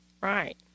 Right